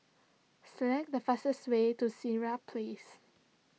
select the fastest way to Sirat Place